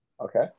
Okay